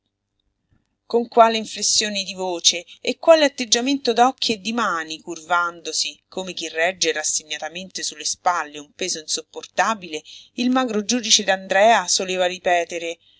con quale inflessione di voce e quale atteggiamento d'occhi e di mani curvandosi come chi regge rassegnatamente su le spalle un peso insopportabile il magro giudice d'andrea soleva ripetere